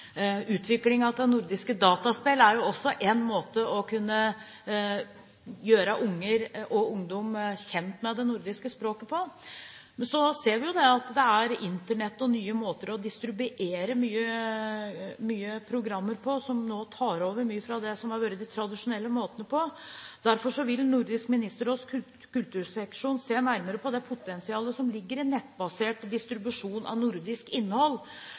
av nordiske dataspill er også en måte å kunne gjøre unger og ungdom kjent med det nordiske språket på. Vi ser så at det er Internett og nye måter å distribuere mange programmer på som nå tar over mye fra det som har vært de tradisjonelle måtene. Derfor vil Nordisk Ministerråds kulturseksjon se nærmere på det potensialet som ligger i nettbasert distribusjon av nordisk innhold